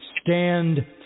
stand